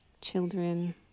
children